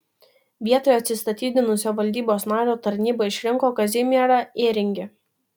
vietoj atsistatydinusio valdybos nario taryba išrinko kazimierą ėringį